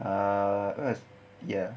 ah us ya